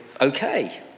okay